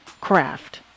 craft